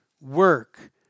work